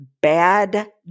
bad